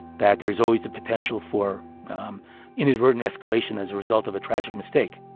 that there is always the potential for um inadvertent escalation as a result of a tragic mistake.